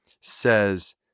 says